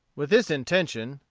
with this intention,